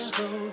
Slow